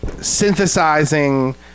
synthesizing